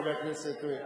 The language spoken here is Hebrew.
חבר הכנסת.